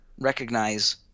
recognize